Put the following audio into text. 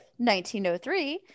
1903